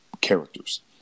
characters